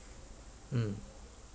mm